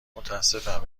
متأسفم